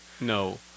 No